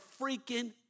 freaking